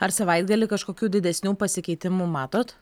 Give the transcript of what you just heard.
ar savaitgalį kažkokių didesnių pasikeitimų matot